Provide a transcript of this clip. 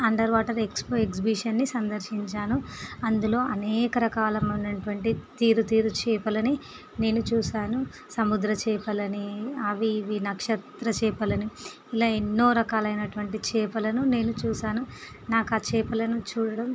underwater expo ఎగ్జిబిషన్ని సందర్శించాను అందులో అనేక రకాలమైనటువంటి తీరు తీరు చేపలని నేను చూశాను సముద్ర చేపలని అవి ఇవి నక్షత్ర చేపలని ఇలా ఎన్నో రకాలైనటువంటి చేపలను నేను చూశాను నాకా చేపలను చూడడం